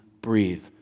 breathe